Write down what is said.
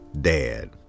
Dad